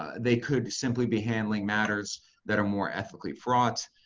they could simply be handling matters that are more ethically fraught.